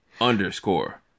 underscore